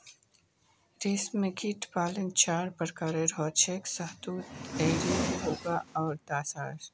रेशमकीट पालन चार प्रकारेर हछेक शहतूत एरी मुगा आर तासार